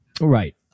Right